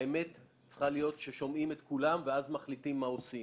האמת צריכה להיות ששומעים את כולם ואז מחליטים מה עושים.